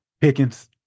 Pickens